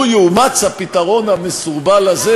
לו יאומץ הפתרון המסורבל הזה,